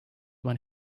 when